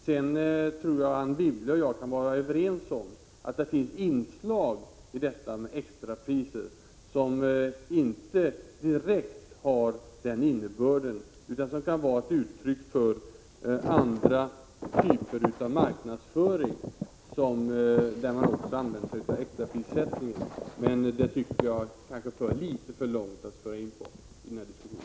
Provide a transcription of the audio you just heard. Sedan tror jag att Anne Wibble och jag kan vara överens om att det finns inslag i detta med extrapriser som inte direkt har denna innebörd utan som kan vara ett uttryck för andra typer av marknadsföring, där man också använder sig av extraprissättning. Men att gå in på detta tycker jag kanske skulle föra något för långt i denna diskussion.